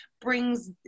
brings